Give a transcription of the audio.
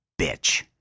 bitch